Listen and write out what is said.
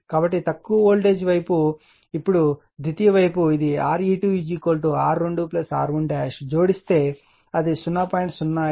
కాబట్టి తక్కువ వోల్టేజ్ వైపు ఇప్పుడు ద్వితీయ వైపు ఇది RE2 R2 R1 జోడిస్తే అది 0